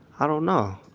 i don't know.